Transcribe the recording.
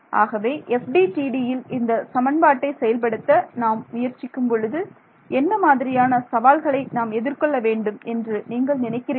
ஆகவே FDTD யில் இந்த சமன்பாட்டை செயல்படுத்த நாம் முயற்சிக்கும் பொழுது என்ன மாதிரியான சவால்களை நாம் எதிர்கொள்ள வேண்டும் என்று நீங்கள் நினைக்கிறீர்கள்